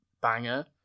banger